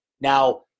Now